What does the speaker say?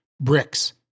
bricks